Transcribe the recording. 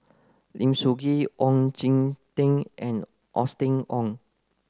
Lim Soo Ngee Ong Jin Teong and Austen Ong